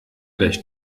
gleich